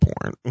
porn